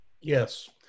Yes